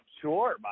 sure